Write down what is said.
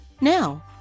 Now